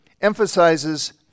emphasizes